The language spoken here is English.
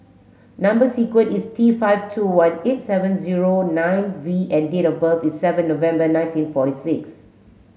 number sequence is T five two one eight seven zero nine V and date of birth is seven November nineteen forty six